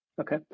okay